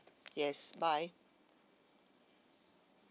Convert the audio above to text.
yes bye